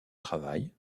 travail